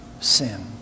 sin